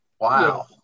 Wow